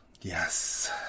Yes